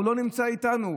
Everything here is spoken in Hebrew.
הוא לא נמצא איתנו?